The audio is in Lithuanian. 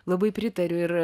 labai pritariu ir